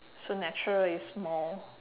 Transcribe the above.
so natural is more